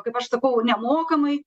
kaip aš sakau nemokamai